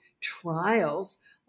trials